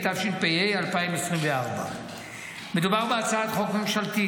התשפ"ה 2024. מדובר בהצעת חוק ממשלתית